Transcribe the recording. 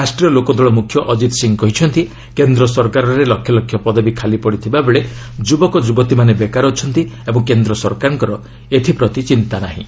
ରାଷ୍ଟ୍ରୀୟ ଲୋକଦଳ ମୁଖ୍ୟ ଅଜିତ ସିଂହ କହିଛନ୍ତି କେନ୍ଦ୍ର ସରକାରରେ ଲକ୍ଷ ଲକ୍ଷ ପଦବୀ ଖାଲି ପଡ଼ିଥିବା ବେଳେ ଯୁବକ ଯୁବତୀମାନେ ବେକାର ଅଛନ୍ତି ଓ କେନ୍ଦ୍ର ସରକାରଙ୍କର ଏଥିପ୍ରତି ଚିନ୍ତା ନାହିଁ